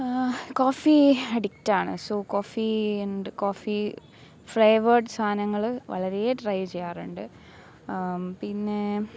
coffee അഡിക്റ്റാണ് so coffee and coffee flavoured സാധനങ്ങൾ വളരെ ട്രൈ ചെയ്യാറുണ്ട് പിന്നേം